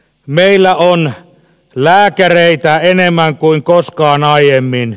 meillä on lääkäreitä enemmän kuin koskaan aiemmin